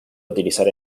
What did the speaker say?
utilizar